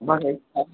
मङ्गै छथि